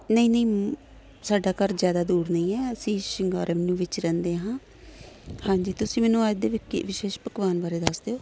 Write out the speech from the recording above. ਨਹੀਂ ਨਹੀਂ ਸਾਡਾ ਘਰ ਜ਼ਿਆਦਾ ਦੂਰ ਨਹੀਂ ਹੈ ਅਸੀਂ ਸ਼ਿੰਗਾਰਮ ਨੂੰ ਵਿੱਚ ਰਹਿੰਦੇ ਹਾਂ ਹਾਂਜੀ ਤੁਸੀਂ ਮੈਨੂੰ ਅੱਜ ਦੇ ਕੀ ਵਿਸ਼ੇਸ਼ ਪਕਵਾਨ ਬਾਰੇ ਦੱਸ ਦਿਓ